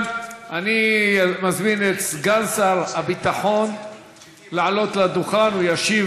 אני מזמין את סגן שר הביטחון לעלות לדוכן להשיב